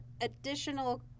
additional